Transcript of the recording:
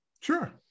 Sure